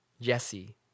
Jesse